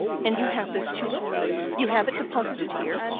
and you have this tulip you have it deposited here?